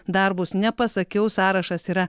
darbus nepasakiau sąrašas yra